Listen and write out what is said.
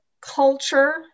culture